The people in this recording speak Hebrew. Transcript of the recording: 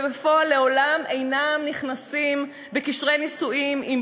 ובפועל לעולם אינם נכנסים בקשרי נישואים עם